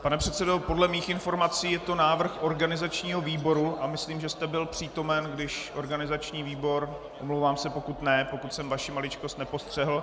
Pane předsedo, podle mých informací je to návrh organizačního výboru a myslím, že jste byl přítomen, když organizační výbor omlouvám se, pokud ne, pokud jsem vaši maličkost nepostřehl.